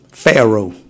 Pharaoh